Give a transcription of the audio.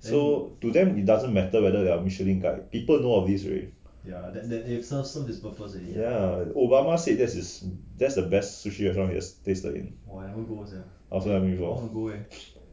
so to them it doesn't matter whether they're michelin guide people know of this already yeah obama said that's that's the the best sushi ahe had tasted in I also never been before